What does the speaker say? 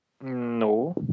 No